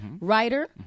writer